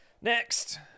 Next